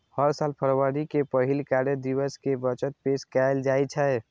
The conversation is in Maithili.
हर साल फरवरी के पहिल कार्य दिवस कें बजट पेश कैल जाइ छै